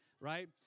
right